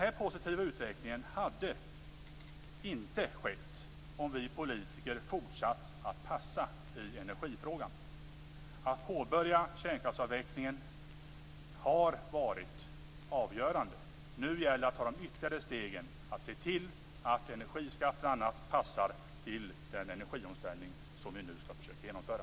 Denna positiva utveckling hade inte skett om vi politiker hade fortsatt att passa i energifrågan. Att påbörja kärnkraftsavvecklingen har varit avgörande. Nu gäller det att ta de ytterligare stegen att se till att energiskatter och annat passar till den energiomställning som vi nu skall försöka genomföra.